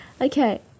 Okay